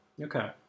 Okay